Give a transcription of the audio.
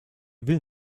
will